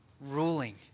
ruling